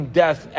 death